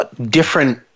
different